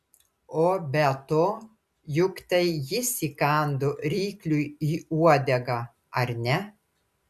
o be to juk tai jis įkando rykliui į uodegą ar ne